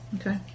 Okay